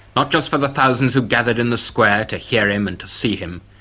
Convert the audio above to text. not just for the thousands who gathered in the square to hear him and to see him,